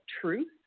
truth